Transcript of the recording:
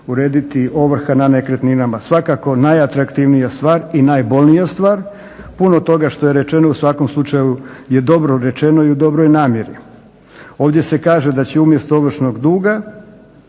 urediti ovrha na nekretninama. Svakako najatraktivnija stvar i najbolnija stvar, puno toga što je rečeno u svakom slučaju je dobro rečeno i u dobroj namjeri. Ovdje se kaže da će umjesto ovršnog duga,